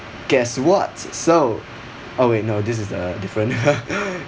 guess what so oh wait no this is a different